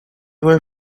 were